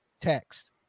text